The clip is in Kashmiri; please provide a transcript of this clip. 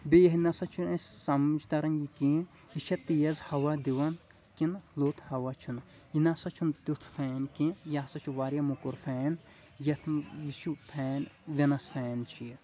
بیٚیہ ہن نسا چھُ اسہِ سمج تران یہِ کینٛہہ یہِ چھا تیز ہوا دِوان کِنہٕ لوٚت ہوا چھُنہٕ یہِ نسا چھُنہٕ تیُتھ فین کینٛہہ یہِ ہسا چھُ واریاہ موٚکُر فین یتھ یہِ چھُ فین وِنس فین چھُ یہِ